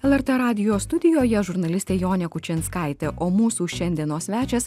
el er t radijo studijoje žurnalistė jonė kučinskaitė o mūsų šiandienos svečias